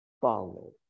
follow